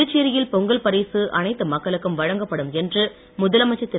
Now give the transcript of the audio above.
புதுச்சேரியில் பொங்கல் பரிசு அனைத்து மக்களுக்கும் வழங்கப்படும் என்று முதலமைச்சர் திரு